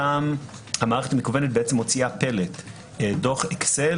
שם המערכת המקוונת מוציאה פלט של דוח אקסל